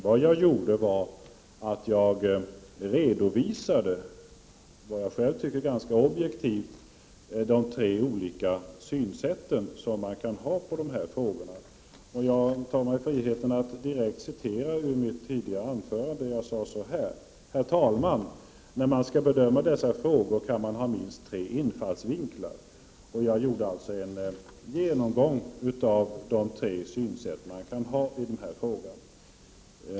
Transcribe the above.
Vad jag gjorde var att redovisa, enligt vad jag själv tycker ganska objektivt, de tre olika synsätt man kan ha på dessa frågor. Jag tar mig friheten att direkt citera ur mitt tidigare anförande. Jag sade: ”Herr talman! När man skall bedöma dessa frågor kan man ha minst tre infallsvinklar.” Jag gjorde alltså en genomgång av de tre synsätt man kan ha i denna fråga.